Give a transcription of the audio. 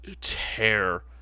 tear